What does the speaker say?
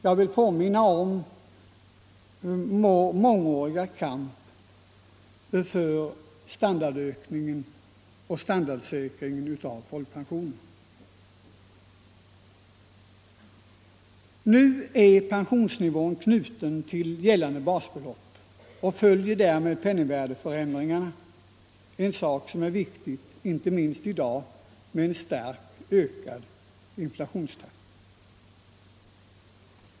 Jag vill påminna om vår mångåriga kamp för en standardökning för folkpensionärerna och en värdesäkring av pensionsbeloppen. Nu är pensionsnivån knuten till gällande basbelopp och följer därmed penningvärdeförändringarna, en sak som är viktig inte minst med tanke på den starkt ökade inflationstakten.